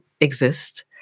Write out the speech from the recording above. exist